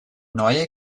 neue